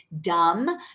dumb